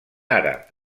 àrab